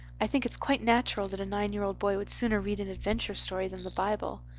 i think it's quite natural that a nine-year-old boy would sooner read an adventure story than the bible.